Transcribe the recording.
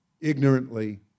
ignorantly